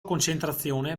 concentrazione